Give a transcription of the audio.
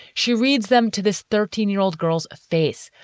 she reads them to this thirteen year old girl's face,